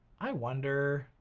i wonder,